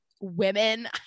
women